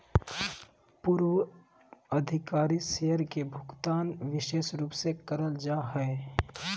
पूर्वाधिकारी शेयर के भुगतान विशेष रूप से करल जा हय